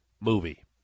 movie